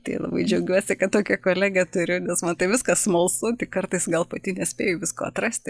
tai labai džiaugiuosi kad tokią kolegę turiu nes man tai viskas smalsu tik kartais gal pati nespėju visko atrasti